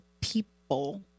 people